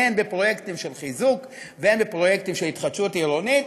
הן בפרויקטים של חיזוק והן בפרויקטים של התחדשות עירונית,